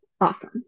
awesome